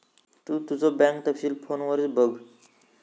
तु तुझो बँक तपशील फोनवरच बघ